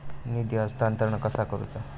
निधी हस्तांतरण कसा करुचा?